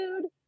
dude